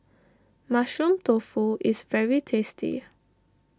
Mushroom Tofu is very tasty